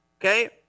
Okay